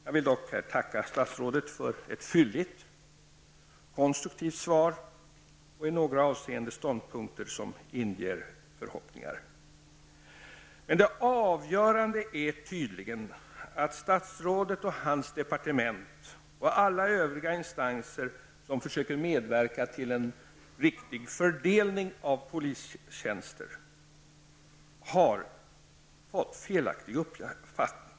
Jag vill dock tacka statsrådet för ett fylligt och konstruktivt svar, som i några avseenden innehåller ståndpunkter som inger förhoppningar. Det avgörande är tydligen att statsrådet och hans departement och alla övriga instanser som försöker medverka till en riktig fördelning av polistjänster har fått felaktig uppfattning.